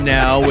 now